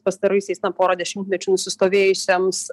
pastaraisiais na porą dešimtmečių nusistovėjusiems